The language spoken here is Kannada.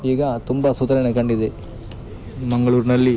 ಈಗ ತುಂಬ ಸುಧಾರಣೆ ಕಂಡಿದೆ ಮಂಗಳೂರಿನಲ್ಲಿ